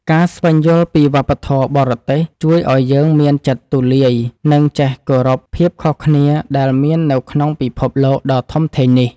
ការស្វែងយល់ពីវប្បធម៌បរទេសជួយឱ្យយើងមានចិត្តទូលាយនិងចេះគោរពភាពខុសគ្នាដែលមាននៅក្នុងពិភពលោកដ៏ធំធេងនេះ។